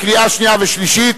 לקריאה שנייה ושלישית.